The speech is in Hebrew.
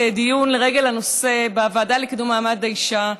דיון לרגל הנושא בוועדה לקידום מעמד האישה,